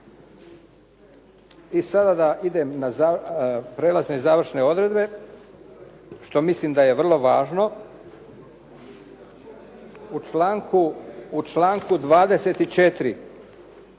I sada da idem na prelazne i završne odredbe, što mislim da je vrlo važno, u članku 24.